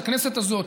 הכנסת הזאת,